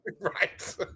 Right